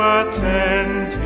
attend